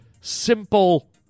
simple